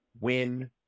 win